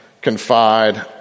confide